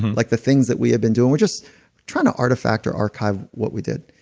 like the things that we have been doing we're just trying to artifact or archive what we did.